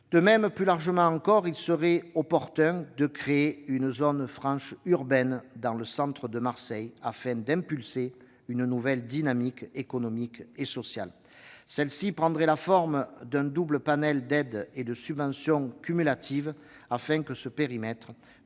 Plus largement encore, il serait opportun de créer une zone franche urbaine dans le centre de Marseille, afin d'impulser une nouvelle dynamique économique et sociale. Celle-ci prendrait la forme d'un double panel d'aides et de subventions cumulatives, afin que ce périmètre